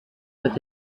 with